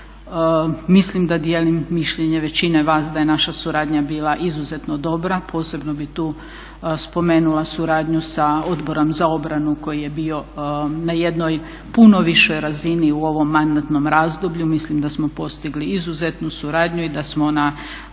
Mislim da dijelim mišljenje većine vas da je naša suradnja bila izuzetno dobra. Posebno bih tu spomenula suradnju sa Odborom za obranu koji je bio na jednoj puno višoj razini u ovom mandatnom razdoblju. Mislim da smo postigli izuzetnu suradnju i da smo na